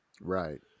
right